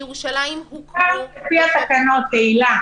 בירושלים הוקמו --- זה מותר לפי התקנות, תהלה.